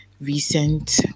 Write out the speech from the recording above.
recent